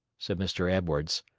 said mr. edwards.